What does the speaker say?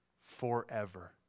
Forever